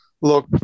look